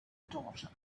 daughter